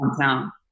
town